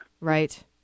Right